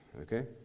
Okay